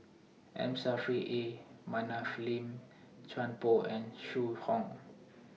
M Saffri A Manaf Lim Chuan Poh and Zhu Hong